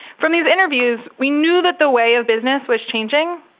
from these interviews, we knew that the way of business was changing,